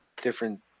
different